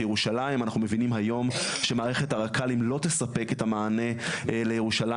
ירושלים אנחנו מבינים היום שמערכת הרק"לים לא תספק את המענה לירושלים